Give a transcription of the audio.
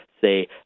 say